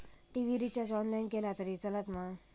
TV recharge online केला तरी चलात मा?